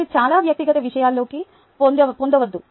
కానీ చాలా వ్యక్తిగత విషయాలోకి పొందవద్దు